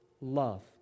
love